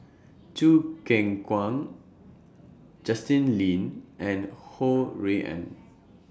Choo Keng Kwang Justin Lean and Ho Rui An